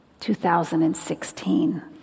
2016